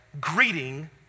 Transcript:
greeting